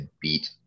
beat